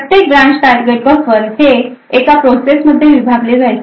प्रत्येक branch target buffer हे एका प्रोसेस मध्ये विभागले जायचे